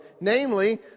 Namely